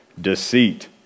deceit